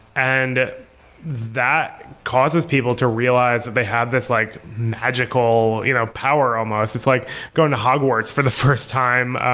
and that causes people to realize that they have this like magical you know power almost. it's like going to hogwarts for the first time.